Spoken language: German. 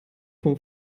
vom